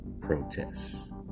protests